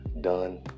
done